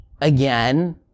again